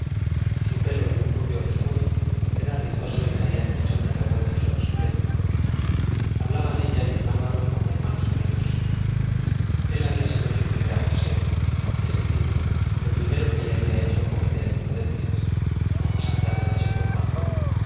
su pelo de un rubio obscuro era rizoso y caía en mechones revueltos sobre su frente hablaban ella y don álvaro como hermanos cariñosos él había sido su primer amor serio es decir el primero que le había hecho cometer imprudencias como v gr saltar de noche por un balcón